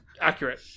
Accurate